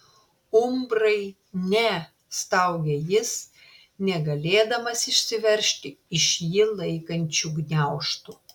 umbrai ne staugė jis negalėdamas išsiveržti iš jį laikančių gniaužtų